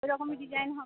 ওই রকমই ডিজাইন হবে